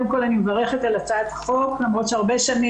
מברכת על הצעת החוק, ברבות השנים